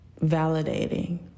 validating